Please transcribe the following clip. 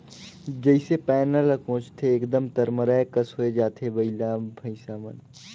जइसे पैना ल कोचथे एकदम तरमराए कस होए जाथे बइला भइसा मन